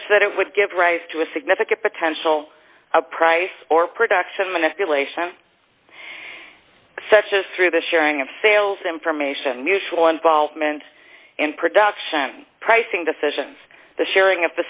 such that it would give rise to a significant potential a price or production manipulation such as through the sharing of sales information mutual involvement in production pricing decisions the sharing